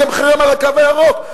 יהיה גם חרם על "הקו הירוק",